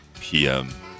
PM